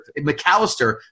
McAllister